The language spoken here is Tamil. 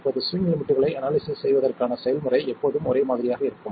இப்போது ஸ்விங் லிமிட்களை அனாலிசிஸ் செய்வதற்கான செயல்முறை எப்போதும் ஒரே மாதிரியாக இருக்கும்